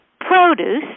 Produce